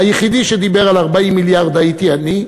היחיד שדיבר על 40 מיליארד הייתי אני,